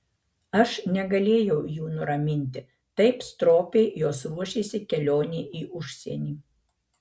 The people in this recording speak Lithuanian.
aš negalėjau jų nuraminti taip stropiai jos ruošėsi kelionei į užsienį